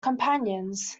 companions